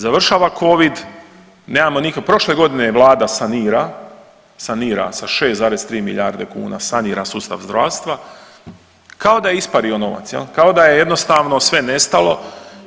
Završava Covid, nemamo .../nerazumljivo/... prošle godine je Vlada sanira, sanira sa 6,3 milijarde kuna sanira sustav zdravstva kao da je ispario novac, je li, kao da je jednostavno sve nestalo